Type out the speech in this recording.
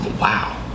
wow